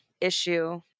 issue